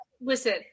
listen